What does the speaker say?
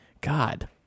God